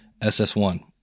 SS1